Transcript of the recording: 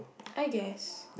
I guess